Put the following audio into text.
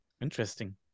interesting